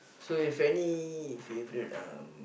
so if any favourite um